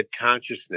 consciousness